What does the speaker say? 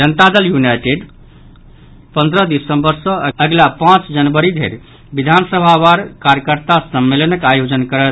जनता Dal United पंद्रह दिसम्बर सॅ अगिला वर्ष पांच जनवरी धरि विधानभा वार कार्यकर्ता सम्मेलनक आयोजन करत